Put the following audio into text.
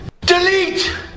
delete